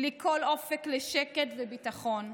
בלי כל אופק לשקט וביטחון,